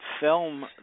film